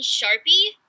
Sharpie